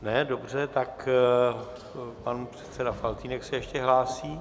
Ne, dobře, tak pan předseda Faltýnek se ještě hlásí.